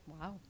Wow